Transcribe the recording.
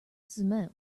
cement